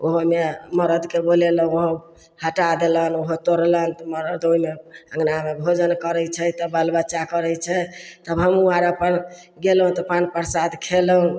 ओहोमे मरदके बोलैलहुँ हम हटा देलनि ओहो तोड़लनि मरद ओहिमे अङ्गनामे भोजन करै छै तऽ बालबच्चा करै छै तब हमहूँ आर अपन गेलहुँ तऽ पान परसाद खएलहुँ